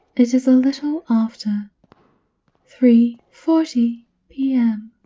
it is a little after three forty p m.